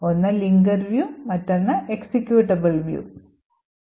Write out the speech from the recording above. ഒന്ന് linker view മറ്റൊന്ന് executable view